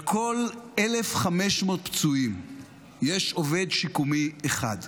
על כל 1,500 פצועים יש עובד שיקומי אחד.